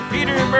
Peter